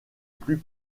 plus